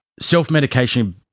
self-medication